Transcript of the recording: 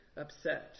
upset